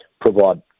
provide